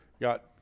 got